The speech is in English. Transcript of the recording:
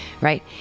right